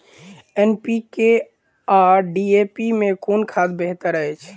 NPK आ DAP मे कुन खाद बेहतर अछि?